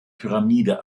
pyramide